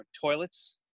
toilets